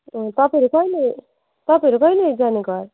अँ तपाईँहरू कहिले तपाईँहरू कहिले जाने घर